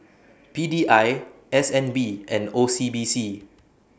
P D I S N B and O C B C